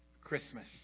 Christmas